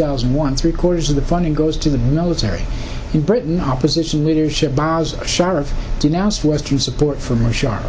thousand and one three quarters of the funding goes to the military in britain opposition leadership boz sharath denounced us to support from a sharp